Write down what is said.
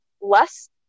less